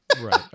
Right